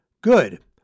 Good